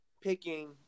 picking